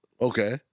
Okay